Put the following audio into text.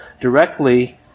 directly